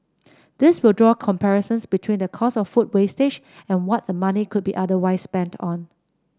these will draw comparisons between the cost of food wastage and what the money could be otherwise spent on